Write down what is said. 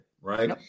Right